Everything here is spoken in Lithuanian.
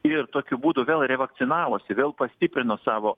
ir tokiu būdu vėl revakcinavosi vėl pastiprino savo